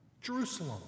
Jerusalem